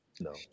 no